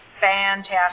fantastic